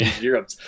Europe